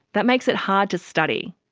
that makes it hard to study.